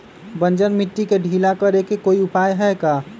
बंजर मिट्टी के ढीला करेके कोई उपाय है का?